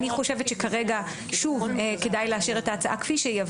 אני חושבת שכרגע כדאי להשאיר את ההצעה כפי שהיא.